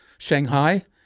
Shanghai